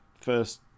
first